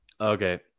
Okay